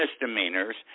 misdemeanors